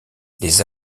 les